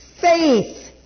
faith